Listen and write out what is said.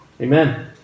Amen